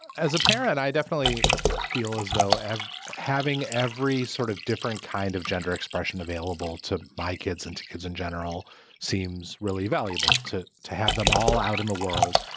as a parent, i definitely feel as though having every sort of different kind of gender expression available to my kids and to kids in general seems really valuable to to have them all out in the world,